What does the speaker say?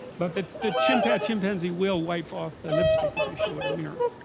but the the chimp a, chimpanzee, will wipe off the lipstick if you show it a mirror